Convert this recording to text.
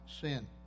sin